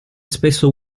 spesso